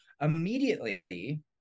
immediately